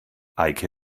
eike